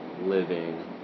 living